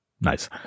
nice